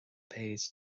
paid